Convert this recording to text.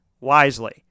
wisely